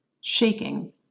Shaking